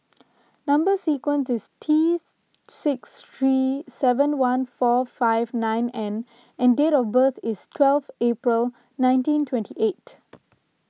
Number Sequence is T six three seven one four five nine N and date of birth is twelfth April nineteen twenty eight